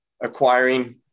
acquiring